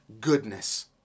Goodness